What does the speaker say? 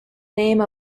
name